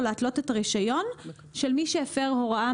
להתלות את הרישיון של מי שהפר הוראה